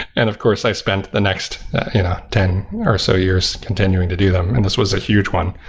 and of course, i spent the next ten or so years continuing to do them. and this was a huge one.